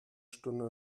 stunde